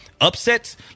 upsets